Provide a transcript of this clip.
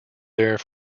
there